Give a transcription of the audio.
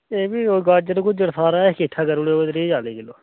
एह् बी कोई गाजर गुज्जर सारा किट्ठा करी ओड़ेओ कोई त्रीह् चाली किल्लो